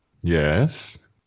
Yes